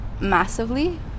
massively